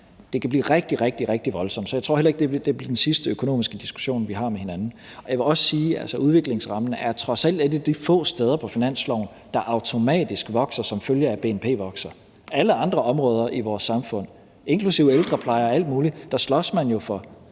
Det kan blive rigtig, rigtig voldsomt, og så tror jeg heller ikke, det bliver den sidste økonomiske diskussion, vi har med hinanden. Jeg vil også sige, at udviklingsrammen trods alt er et af de få steder på finansloven, der automatisk vokser, som følge af at bnp vokser. På alle andre områder i vores samfund, inklusive ældrepleje og alt muligt, slås man jo fra